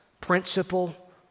principle